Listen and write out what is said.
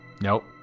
Nope